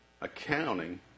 accounting